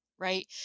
right